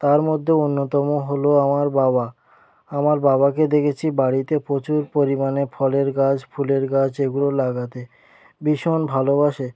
তার মধ্যে অন্যতম হলো আমার বাবা আমার বাবাকে দেখেছি বাড়িতে প্রচুর পরিমাণে ফলের গাছ ফুলের গাছ এগুলো লাগাতে ভীষণ ভালোবাসে